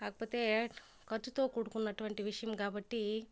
కాకపోతే ఖర్చుతో కూడుకున్నటువంటి విషయం కాబట్టి